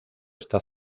está